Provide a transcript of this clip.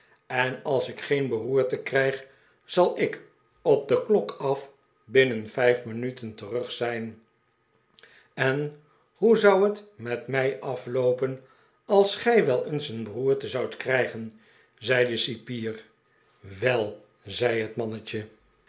en als ik geen beroerte krijg zal ik op de klok af binnen vijf minuten terug zijn en hoe zou het met mij afloopen als gij wel eens een beroerte zoudt krijgen zei de cipier wel zei het mannetje